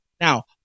Now